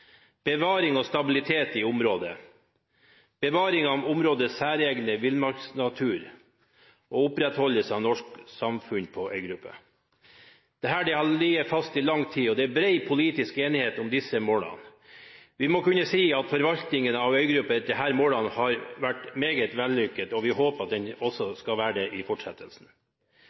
bevaring og stabilitet i området bevaring av områdets særegne villmarksnatur opprettholdelse av norske samfunn på øygruppa Dette har ligget fast i lang tid, og det er bred politisk enighet om disse målene. Vi må kunne si at forvaltningen av øygruppa etter disse målene har vært meget vellykket, og vi håper at den også skal være det i fortsettelsen.